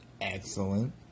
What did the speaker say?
excellent